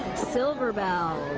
so viril bells.